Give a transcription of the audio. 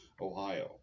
Ohio